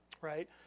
right